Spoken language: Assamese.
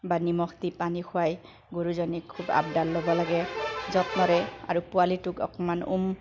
বা নিমখ দি পানী খুৱাই গৰুজনীক খুব আবডাল ল'ব লাগে যত্নৰে আৰু পোৱালীটোক অকণমান উম